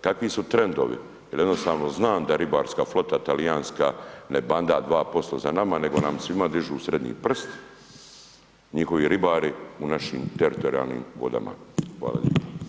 kakvi su trendovi jer jednostavno znam da ribarska flota, talijanska ne banda 2% za nama nego nam svima dižu srednji prst, njihovi ribari u našim teritorijalnim vodama, hvala lijepa.